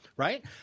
Right